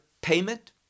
payment